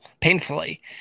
painfully